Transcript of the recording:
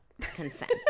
consent